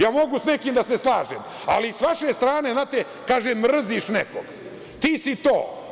Ja mogu sa nekim da se slažem, ali sa vaše strane, kaže – mrziš nekoga, ti si to.